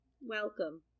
Welcome